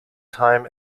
time